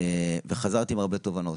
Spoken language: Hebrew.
וחזרתי עם הרבה תובנות.